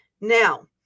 now